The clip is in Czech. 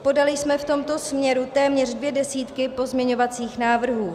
Podali jsme v tomto směru téměř dvě desítky pozměňovacích návrhů.